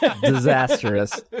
Disastrous